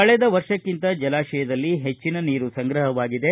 ಕಳೆದ ವರ್ಷಕ್ಕಿಂತ ಜಲಾಶಯದಲ್ಲಿ ಹೆಚ್ಚಿನ ನೀರು ಸಂಗ್ರಹವಾಗಿದೆ